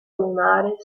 lunare